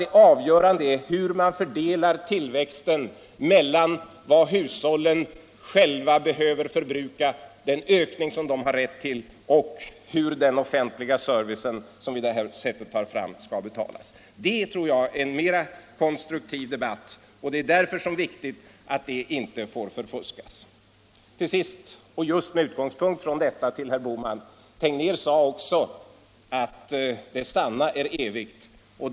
Det avgörande är hur man fördelar tillväxten mellan vad hushållen själva behöver förbruka och betalningen av den offentliga servicen. Jag tror att det är en mera konstruktiv debatt, och det är därför viktigt att den inte förfuskas. Till sist — just med utgångspunkt i detta — vill jag säga till herr Bohman: Tegnér menade också att det sanna är evigt.